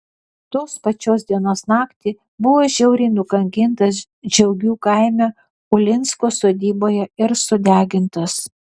tos pačios dienos naktį buvo žiauriai nukankintas džiaugių kaime ulinsko sodyboje ir sudegintas